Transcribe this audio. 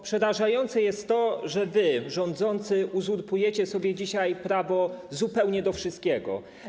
Przerażające jest to, że wy, rządzący, uzurpujecie sobie dzisiaj prawo zupełnie do wszystkiego.